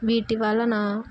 వీటి వలన